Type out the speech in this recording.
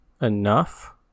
enough